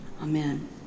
Amen